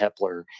Hepler